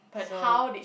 so